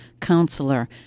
counselor